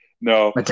No